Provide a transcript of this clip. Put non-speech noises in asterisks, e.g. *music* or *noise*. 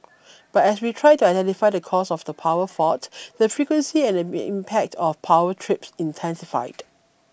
but as we tried to identify the cause of the power fault the frequency and *hesitation* impact of power trips intensified